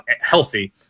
healthy